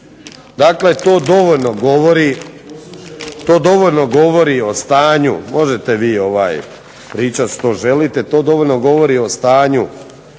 Dakle, to dovoljno govori o stanju, možete vi pričati što želite, to dovoljno govori o stanju